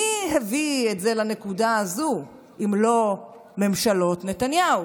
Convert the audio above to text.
מי הביא את זה לנקודה הזאת, אם לא ממשלות נתניהו?